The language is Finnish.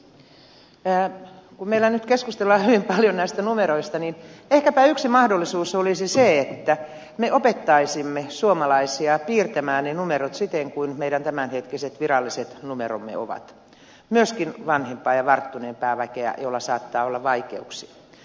kun meillä nyt keskustellaan hyvin paljon näistä numeroista niin ehkäpä yksi mahdollisuus olisi se että me opettaisimme suomalaisia piirtämään ne numerot siten kuin meidän tämänhetkiset viralliset numeromme ovat myöskin vanhempaa ja varttuneempaa väkeä joilla saattaa olla vaikeuksia